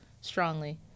strongly